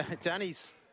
Danny's